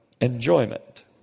enjoyment